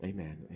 Amen